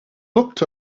looked